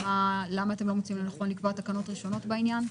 למה אתם לא מוצאים לנכון לקבוע תקנות ראשונות בעניין.